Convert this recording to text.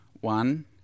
One